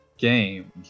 Games